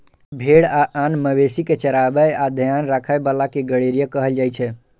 भेड़ आ आन मवेशी कें चराबै आ ध्यान राखै बला कें गड़ेरिया कहल जाइ छै